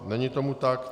Není tomu tak.